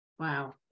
Wow